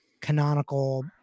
canonical